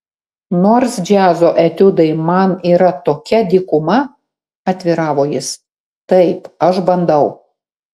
nors džiazo etiudai man yra tokia dykuma atviravo jis taip aš bandau